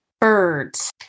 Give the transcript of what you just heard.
Birds